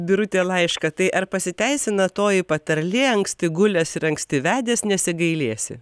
birutė laišką tai ar pasiteisina toji patarlė anksti gulęs ir anksti vedęs nesigailėsi